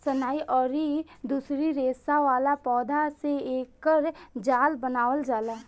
सनई अउरी दूसरी रेसा वाला पौधा से एकर जाल बनावल जाला